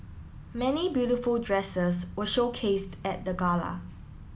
many beautiful dresses were showcased at the gala